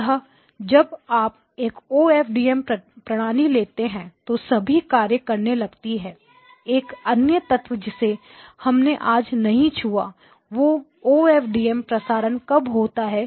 अतः जब आप एक और OFDM प्रणाली लेते हैं तो सभी कार्य करने लगती हैं एक अन्य तत्व जिसे हमने आज नहीं छुआ वह O F D M OFDM प्रसारण कब होता है